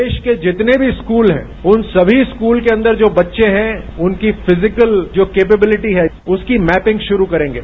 देश के जितने भी स्कूल हैं उन सभी स्कूल के अंदर जो बच्चे है उनकी फिजिकल जो कैपेबिलिटी है उसकी मैपिंग शुरू करेंगे